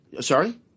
sorry